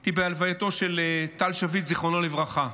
הייתי בהלווייתו של טל שביט, זיכרונו לברכה.